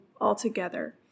altogether